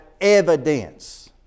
evidence